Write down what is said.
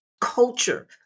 culture